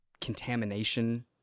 contamination